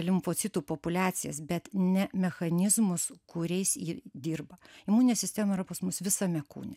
limfocitų populiacijas bet ne mechanizmus kuriais ji dirba imuninė sistema yra pas mus visame kūne